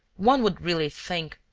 one would really think.